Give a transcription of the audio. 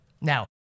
Now